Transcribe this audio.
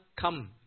come